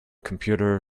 computer